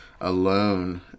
alone